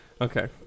Okay